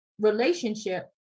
relationship